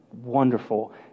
wonderful